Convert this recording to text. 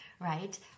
right